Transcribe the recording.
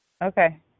Okay